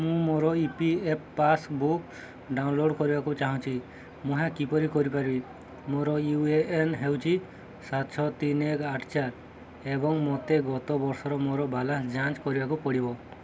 ମୁଁ ମୋର E P F passbook download କରିବାକୁ ଚାହୁଁଛି ମୁଁ ଏହା କିପରି କରିପାରିବି ମୋର ୟୁ ଏ ଏନ୍ ହେଉଛି ସାତ ଛଅ ତିନ ଏକ ଆଠ ଚାରି ଏବଂ ମୋତେ ଗତ ବର୍ଷର ମୋର ବାଲାନ୍ସ ଯାଞ୍ଚ କରିବାକୁ ପଡ଼ିବ